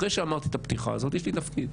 אחרי שאמרתי את הפתיחה הזאת, יש לי תפקיד.